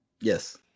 Yes